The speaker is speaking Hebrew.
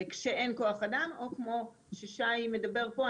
כשאין כוח אדם או כמו ששי מדבר פה.